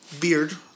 Beard